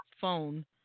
phone